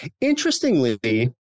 interestingly